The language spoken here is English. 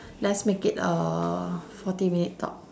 let's make it a forty minute talk